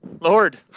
Lord